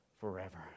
forever